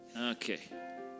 Okay